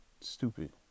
stupid